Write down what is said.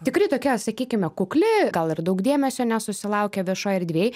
tikrai tokia sakykime kukli gal ir daug dėmesio nesusilaukė viešoj erdvėj